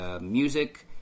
music